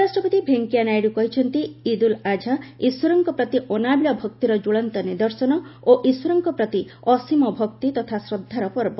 ଉପରାଷ୍ଟ୍ରପତି ଭେଙ୍କେୟା ନାଇଡୁ କହିଛନ୍ତି ଇଦ୍ ଉଲ୍ ଆଝା ଇଶ୍ୱରଙ୍କ ପ୍ରତି ଅନାବିଳ ଭକ୍ତିର ଜ୍ୱଳନ୍ତ ନିଦର୍ଶନ ଓ ଈଶ୍ୱରଙ୍କ ପ୍ରତି ଅସୀମ ଭକ୍ତି ତଥା ଶ୍ରଦ୍ଧାର ପର୍ବ